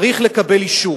צריך לקבל אישור.